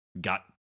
got